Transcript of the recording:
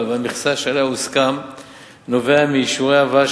לבין המכסה שעליה הוסכם נובע מאישורי הבאה,